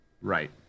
Right